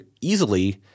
easily